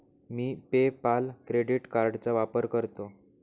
मी PayPal credit कार्डचा वापर करतो